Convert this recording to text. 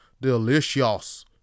Delicious